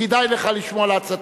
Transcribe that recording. וכדאי לך לשמוע לעצתי: